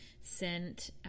sent